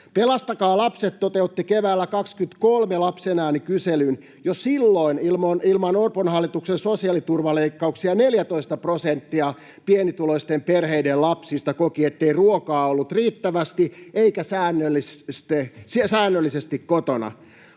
Pelastakaa Lapset toteutti keväällä 23 Lapsen ääni -kyselyn. Jo silloin, ilman Orpon hallituksen sosiaaliturvaleikkauksia, 14 prosenttia pienituloisten perheiden lapsista koki, ettei ruokaa ollut riittävästi eikä säännöllisesti kotona.